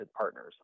partners